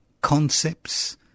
concepts